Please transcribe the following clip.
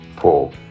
four